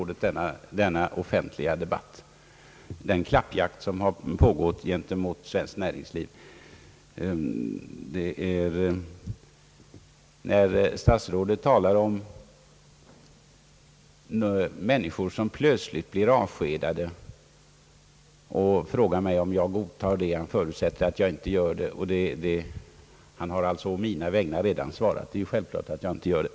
Denna offentliga debatt, denna klappjakt som pågått gentemot svenskt näringsliv kan ju inte ha undgått statsrådet. När statsrådet talar om människor som plötsligt blir avskedade och frågar mig om jag godtar det förutsätter han att jag inte gör det. Han har alltså redan å mina vägnar svarat. Det är självklart att jag inte gör det.